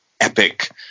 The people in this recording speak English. epic